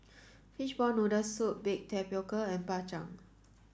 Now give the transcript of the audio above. fishball noodle soup baked tapioca and Bak Chang